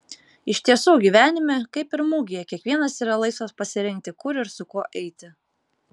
iš tiesų gyvenime kaip ir mugėje kiekvienas yra laisvas pasirinkti kur ir su kuo eiti